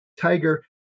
tiger